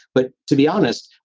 but to be honest,